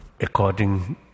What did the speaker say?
according